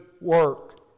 work